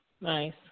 Nice